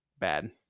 bad